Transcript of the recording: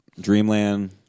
Dreamland